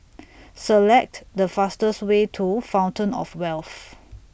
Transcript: Select The fastest Way to Fountain of Wealth